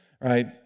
right